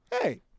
hey